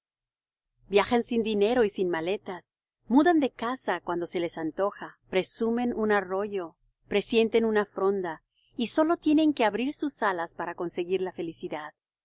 viajan sin dinero y sin maletas mudan de casa cuando se les antoja presumen un arroyo presienten una fronda y sólo tienen que abrir sus alas para conseguir la felicidad